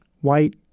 white